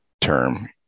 term